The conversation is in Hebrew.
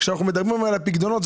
כשאנחנו מדברים על הפיקדונות,